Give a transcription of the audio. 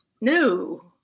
No